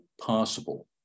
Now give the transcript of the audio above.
possible